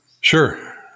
Sure